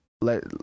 let